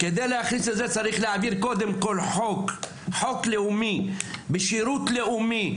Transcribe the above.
צריך להעביר חוק לאומי, בשירות לאומי.